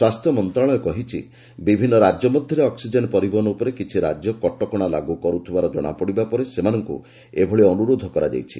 ସ୍ୱାସ୍ଥ୍ୟ ମନ୍ତ୍ରଶାଳୟ କହିଛି ବିଭିନ୍ନ ରାଜ୍ୟ ମଧ୍ୟରେ ଅକ୍କିଜେନ୍ ପରିବହନ ଉପରେ କିଛି ରାଜ୍ୟ କଟକଣା ଲାଗୁ କରୁଥିବାର ଜଣାପଡ଼ିବା ପରେ ସେମାନଙ୍କୁ ଏଭଳି ଅନୁରୋଧ କରାଯାଇଛି